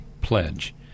pledge